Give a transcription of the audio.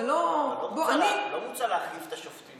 זה לא לא מוצע להחליף את השופטים